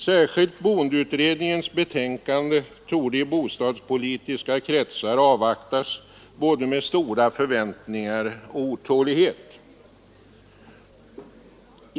Särskilt boendeutredningens betänkande torde i bostadspolitiska kretsar avvaktas både med stora förväntningar och otålighet.